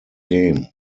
game